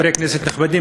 חברי כנסת נכבדים,